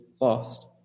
lost